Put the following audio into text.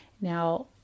Now